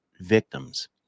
victims